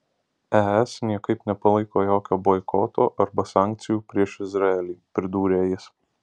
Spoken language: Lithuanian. es niekaip nepalaiko jokio boikoto arba sankcijų prieš izraelį pridūrė jis